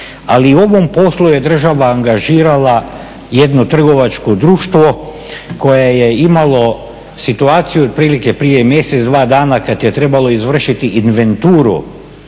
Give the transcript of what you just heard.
ali u ovom poslu je država angažirala jedno trgovačko društvo koje je imalo situaciju otprilike prije mjesec, dva dana kada je trebalo izvršiti inventuru